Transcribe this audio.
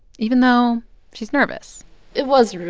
even though she's nervous it was,